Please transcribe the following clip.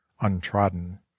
untrodden